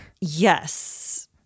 Yes